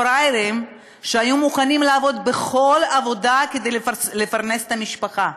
הפראיירים שהיו מוכנים לעבוד בכל עבודה כדי לפרנס את המשפחה.